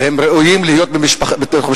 והם ראויים להיות במשפחתם.